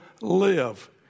live